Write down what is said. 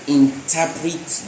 interpret